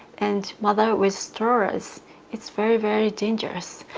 and mothers with strollers it's very, very dangerous